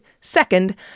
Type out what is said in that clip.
Second